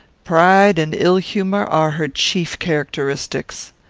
pride and ill-humour are her chief characteristics.